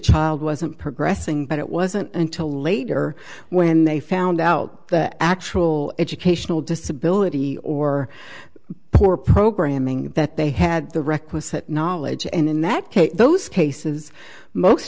child wasn't progressing but it wasn't until later when they found out the actual educational disability or poor programming that they had the requisite knowledge and in that case those cases most